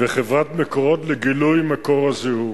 וחברת "מקורות" לגילוי מקור הזיהום.